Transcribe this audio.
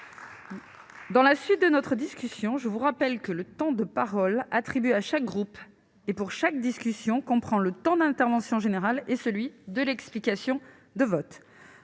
Mes chers collègues, je vous rappelle que le temps de parole attribué à chaque groupe pour chaque discussion comprend le temps de l'intervention générale et celui de l'explication de vote.